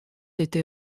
été